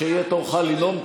כשיהיה תורך לנאום,